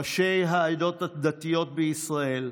ראשי העדות הדתיות בישראל,